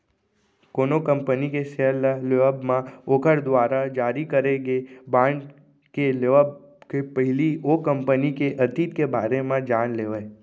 कोनो कंपनी के सेयर ल लेवब म ओखर दुवारा जारी करे गे बांड के लेवब के पहिली ओ कंपनी के अतीत के बारे म जान लेवय